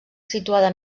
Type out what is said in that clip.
situada